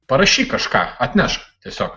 parašyk kažką atnešk tiesiog